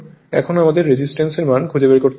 এখন আমাদের রেজিস্ট্যান্স এর মান খুঁজে বের করতে হবে